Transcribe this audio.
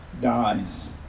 dies